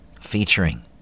Featuring